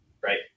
right